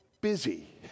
busy